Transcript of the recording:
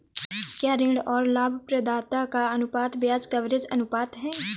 क्या ऋण और लाभप्रदाता का अनुपात ब्याज कवरेज अनुपात है?